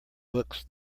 books